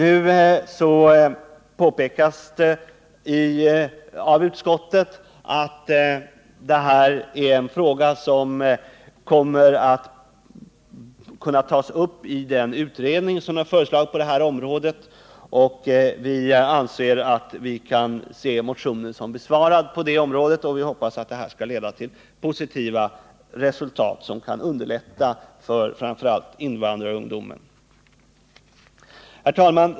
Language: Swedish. Utskottet påpekar att denna fråga kommer att tas upp i den utredning som föreslagits på det här området, och vi anser därför att man på den här punkten tagit hänsyn till motionsförslaget. Vi hoppas också att det skall leda till positiva resultat som underlättar för framför allt invandrarungdomen. Herr talman!